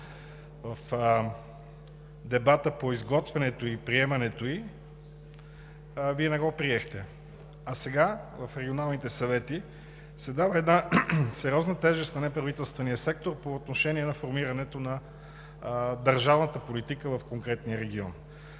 в дебата по изготвянето и приемането ѝ, Вие не го приехте, а сега в регионалните съвети се дава една сериозна тежест на неправителствения сектор по отношение на формирането на държавната политика в конкретния регион.